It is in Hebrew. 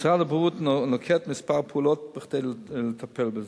משרד הבריאות נוקט מספר פעולות כדי לטפל בזה: